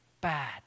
bad